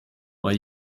mal